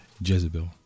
Jezebel